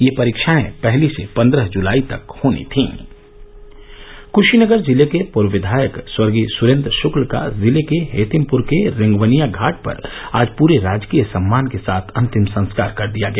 ये परीक्षाएं पहली से पन्द्रह जुलाई तक होनी थी कशीनगर जिले के पूर्व विधायक स्वर्गीय सुरेन्द्र शक्ल का जिले के हेतिमपुर के रेंगवनिया घाट पर आज परे राजकीय सम्मान के साथ अंतिम संस्कार कर दिया गया